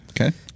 Okay